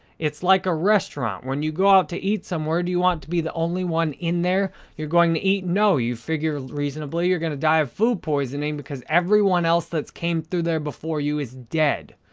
it's like a restaurant. when you go out to eat somewhere, do you want to be the only one in there? you're going to eat, no. you figure, reasonably, you're gonna die of food poisoning because everyone else that's came through before you is dead.